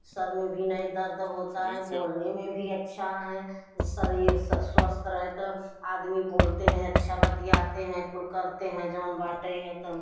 sir में भी नहीं दर्द होता है बोलने में भी अच्छा है शरीर स्वस्थ रहे तो आदमी बोलते हैं अच्छा बतियाते हैं कुल करते हैं जोन बाटे हैं तो